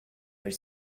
were